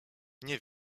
nie